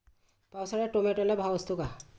पावसाळ्यात टोमॅटोला भाव असतो का?